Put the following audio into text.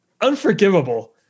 Unforgivable